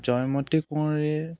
জয়মতী কুঁৱৰীৰ